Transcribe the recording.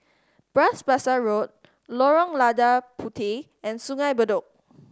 Bras Basah Road Lorong Lada Puteh and Sungei Bedok